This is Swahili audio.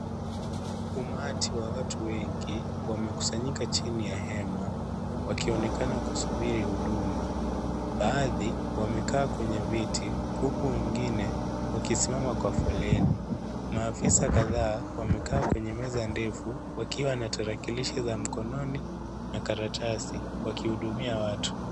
Umati wa watu wengi wamekusanyika chini ya hema wakionekana kusubiri huduma. Baadhi wamekaa kwenye viti, huku wengine wakisimama kwa foleni. Maafisa kadhaa wamekaa kwenye meza ndefu wakiwa na tarakilishi za mkononi na karatasi wakihudumia watu.